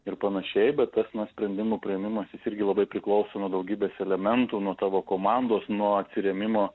ir panašiai bet tas na sprendimų priėmimas irgi labai priklauso nuo daugybės elementų nuo tavo komandos nuo atsirėmimo